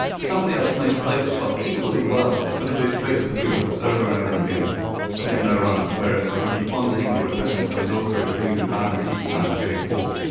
somebody else may play the shot equally well, but hit it straight to the fielder, over and over again and get no runs, whereas a ricky ponting or a sachin tendulkar is hitting the boundary each time, getting four.